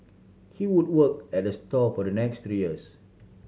he would work at the store for the next three years